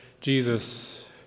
Jesus